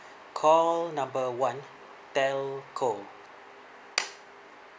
call number one telco